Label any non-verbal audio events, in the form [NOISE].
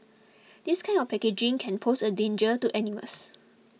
[NOISE] this kind of packaging can pose a danger to animals